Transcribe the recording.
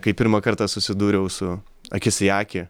kai pirmą kartą susidūriau su akis į akį